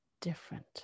different